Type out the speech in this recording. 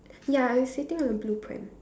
ya it's sitting on the blueprint